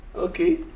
Okay